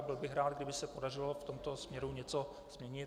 Byl bych rád, kdyby se podařilo v tomto směru něco změnit.